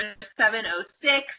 706